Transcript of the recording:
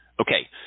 Okay